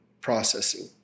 processing